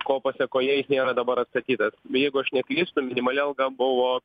ko pasekoje jis nėra dabar atstatytas jeigu aš neklystu minimali alga buvo